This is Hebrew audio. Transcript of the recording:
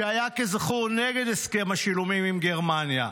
שהיה כזכור נגד הסכם השילומים עם גרמניה.